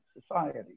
society